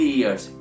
years